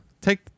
Take